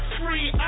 free